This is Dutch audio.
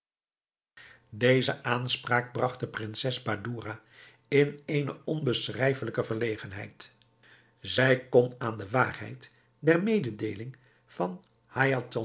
deze aanspraak bragt de prinses badoura in eene onbeschrijfelijke verlegenheid zij kon aan de waarheid der mededeeling van